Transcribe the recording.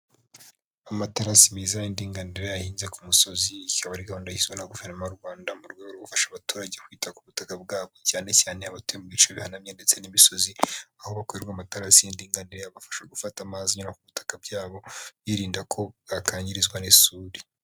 Amaterasi meza y'indinganira ahinze ku musozi iyi akaba ari gahunda yizwe na guverinoma y'u Rwanda mu rwego rwo gufasha abaturage mu kwita ku butaka bwabo cyane cyane abatuye mu bice bihanamye ndetse n'imisozi aho bakorerwa amatarasi y'inganira abafasha gufata amazi anyura ku butaka bwabo birinda ko bwakangirizwa n'isuri.